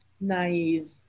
naive